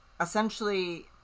essentially